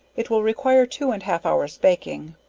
it will require two and half hours baking.